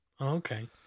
Okay